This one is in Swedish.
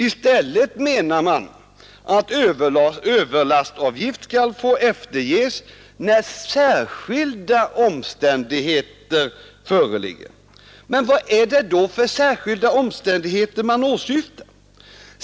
I stället menar man att överlastavgift skall få efterges när särskilda omständigheter föreligger. Men vad är det då för särskilda omständigheter man åsyftar?